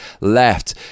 left